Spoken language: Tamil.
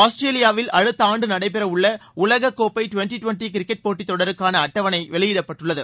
ஆஸ்திரேலியாவில் அடுத்த ஆண்டு நடைபெற உள்ள உலக கோப்பை டுவெண்ட்டி டுவெண்ட்டி கிரிக்கெட் போட்டித்தொடருக்கான அட்டவணை வெளியிடப்பட்டுள்ளது